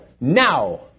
now